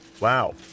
Wow